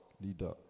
Leader